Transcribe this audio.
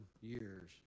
years